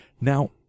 Now